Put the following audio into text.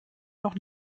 noch